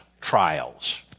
trials